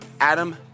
adam